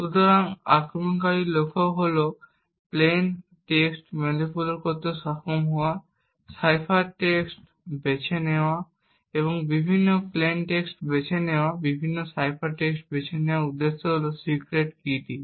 এখন এখানে আক্রমণকারীর লক্ষ্য হল প্লেইন টেক্সট ম্যানিপুলেট করতে সক্ষম হওয়া সাইফার টেক্সট বেছে নেওয়া বিভিন্ন প্লেইন টেক্সট বেছে নেওয়া বিভিন্ন সাইফার টেক্সট বেছে নেওয়ার উদ্দেশ্য হল সিক্রেট কী কী